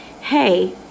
hey